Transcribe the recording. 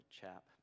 chap